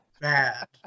bad